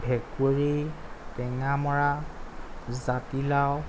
ভেকুৰি টেঙামৰা জাতিলাও